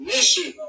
Mission